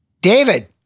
David